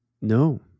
No